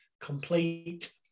Complete